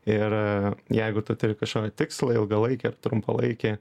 ir jeigu tu turi kažkokį tikslą ilgalaikį trumpalaikį